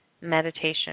Meditation